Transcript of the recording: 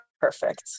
perfect